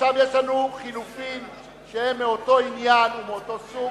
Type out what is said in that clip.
עכשיו יש לנו לחלופין שהם מאותו עניין ומאותו סוג,